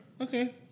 Okay